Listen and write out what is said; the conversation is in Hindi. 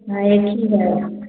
हाँ एक ही है